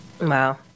wow